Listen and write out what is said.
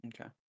Okay